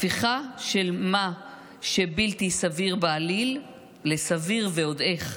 הפיכה של מה שבלתי סביר בעליל לסביר ועוד איך.